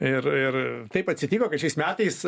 ir ir taip atsitiko kad šiais metais